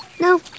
No